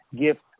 gift